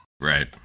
Right